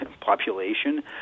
population